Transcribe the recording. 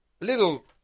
little